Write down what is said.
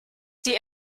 die